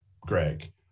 Greg